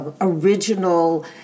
original